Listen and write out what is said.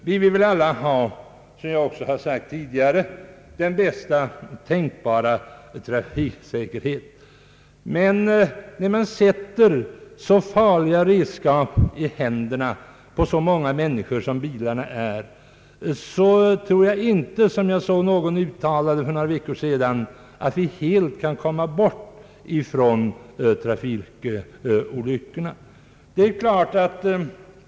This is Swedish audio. Såsom jag har sagt tidigare vill vi väl alla ha bästa tänkbara trafiksäkerhet, men när vi sätter så farliga redskap som bilarna är i händerna på så många människor, kan vi, som någon uttalade för någon vecka sedan, inte helt komma bort från trafikolyckorna.